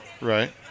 Right